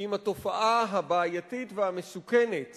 עם התופעה הבעייתית והמסוכנת